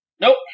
Nope